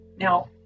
now